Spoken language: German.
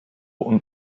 und